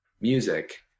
music